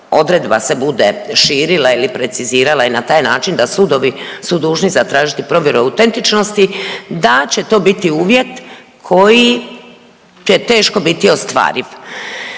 odredba se bude širile ili precizirale na taj način da sudovi su dužni zatražiti provjeru autentičnosti da će to biti uvjet koji će teško biti ostvariv.